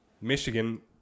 Michigan